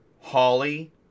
Holly